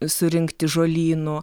surinkti žolynų